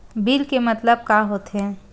Bill के मतलब का होथे?